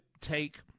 take